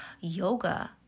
yoga